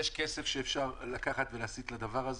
יש כסף שאפשר לקחת ולהסיט לדבר הזה.